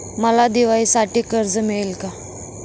मला दिवाळीसाठी कर्ज मिळेल का?